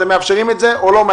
אתם מאפשרים את זה או לא?